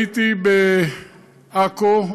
הייתי בעכו,